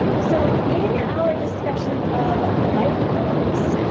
so in our discussion of microbes,